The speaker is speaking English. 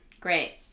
Great